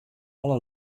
alle